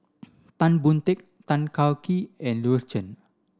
Tan Boon Teik Tan Kah Kee and Louis Chen